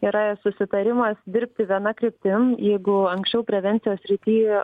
yra susitarimas dirbti viena kryptim jeigu anksčiau prevencijos srity